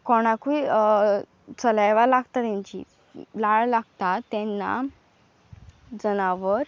कोणाकूय सल्यावा लागता तेंची लाळ लागता तेन्ना जनावर